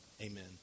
Amen